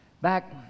Back